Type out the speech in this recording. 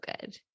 good